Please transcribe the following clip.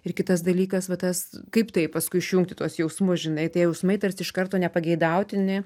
ir kitas dalykas va tas kaip tai paskui išjungti tuos jausmus žinai tai jausmai tarsi iš karto nepageidautini